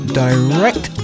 direct